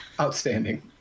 Outstanding